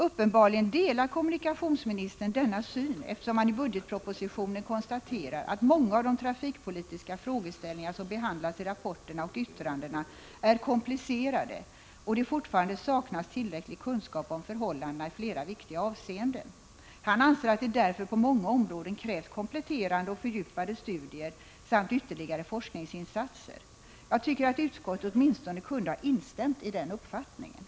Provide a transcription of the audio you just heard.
Uppenbarligen delar kommunikationsministern denna syn, eftersom han i budgetpropositionen framhåller att många av de trafikpolitiska frågeställningar som behandlas i rapporterna och yttrandena är komplicerade och att det fortfarande saknas tillräcklig kunskap om förhållandena i flera viktiga avseenden. Han anser att det därför på många områden krävs kompletterande och fördjupade studier samt ytterligare forskningsinsatser. Jag tycker att utskottet åtminstone kunde ha instämt i den uppfattningen. Prot.